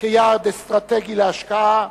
כיעד אסטרטגי להשקעה,